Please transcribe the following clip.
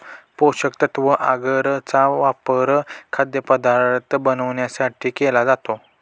पोषकतत्व आगर चा वापर खाद्यपदार्थ बनवण्यासाठी केला जातो